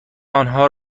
آنها